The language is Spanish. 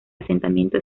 asentamiento